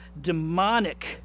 demonic